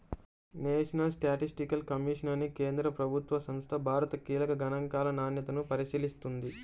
national statistical commission అనే కేంద్ర ప్రభుత్వ సంస్థ భారత కీలక గణాంకాల నాణ్యతను పరిశీలిస్తుంది